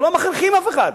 אנחנו לא מכריחים אף אחד.